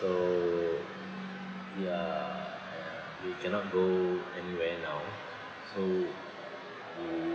so ya we cannot go anywhere now so we